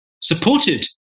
supported